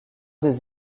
des